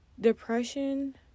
depression